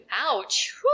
Ouch